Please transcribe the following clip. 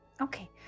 Okay